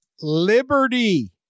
Liberty